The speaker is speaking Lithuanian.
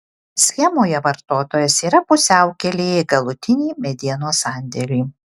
schemoje vartotojas yra pusiaukelėje į galutinį medienos sandėlį